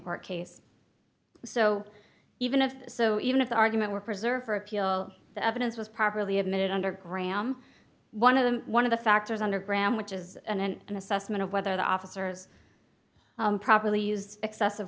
court case so even if so even if the argument were preserved for appeal the evidence was properly admitted under graham one of the one of the factors under graham which is and assessment of whether the officers properly used excessive